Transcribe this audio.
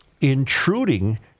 intruding